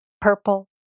purple